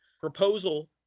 proposal